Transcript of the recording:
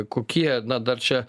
kokie na dar čia